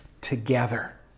together